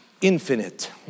infinite